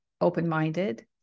open-minded